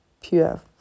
pure